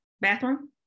Bathroom